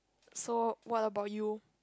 so what about you